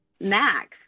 Max